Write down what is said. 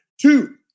Two